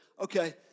okay